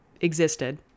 existed